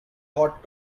hot